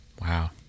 Wow